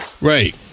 right